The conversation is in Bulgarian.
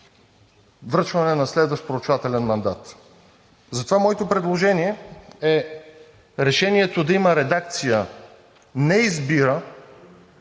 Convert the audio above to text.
връчване на следващ проучвателен мандат. Затова моето предложение е решението да има редакция: „не избира